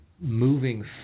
moving